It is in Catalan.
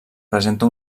presenta